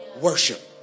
Worship